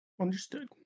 Understood